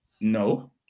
No